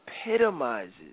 epitomizes